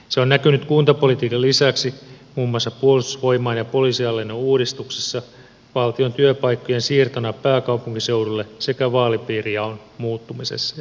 se on näkynyt kuntapolitiikan lisäksi muun muassa puolustusvoimain ja poliisihallinnon uudistuksissa valtion työpaikkojen siirtona pääkaupunkiseudulle sekä vaalipiirijaon muuttamisessa